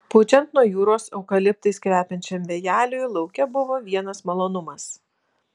pučiant nuo jūros eukaliptais kvepiančiam vėjeliui lauke buvo vienas malonumas